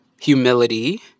humility